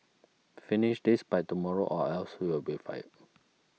finish this by tomorrow or else you'll be fired